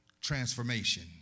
transformation